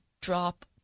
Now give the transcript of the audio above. drop